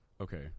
Okay